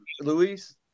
Luis